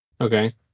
Okay